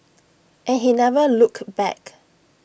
and he never looked back